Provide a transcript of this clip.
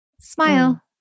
Smile